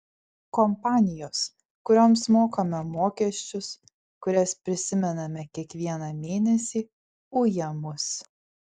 kompanijos kurioms mokame mokesčius kurias prisimename kiekvieną mėnesį uja mus